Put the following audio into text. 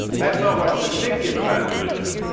that's not what's distinctive about religion,